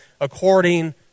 according